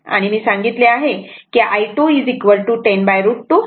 म्हणजेच खरेतर हे i1 ला 60 o ने लीडिंग होत आहे